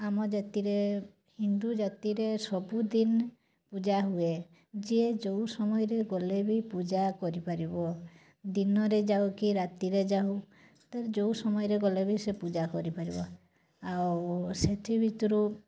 ଆମ ଜାତିରେ ହିନ୍ଦୁ ଜାତିରେ ସବୁଦିନ ପୂଜା ହୁଏ ଯିଏ ଯେଉଁ ସମୟରେ ଗଲେ ବି ପୂଜା କରିପାରିବ ଦିନରେ ଯାଉ କି ରାତିରେ ଯାଉ ତାର ଯେଉଁ ସମୟରେ ଗଲେ ବି ସିଏ ପୂଜା କରିପାରିବ ଆଉ ସେଥିଭିତରୁ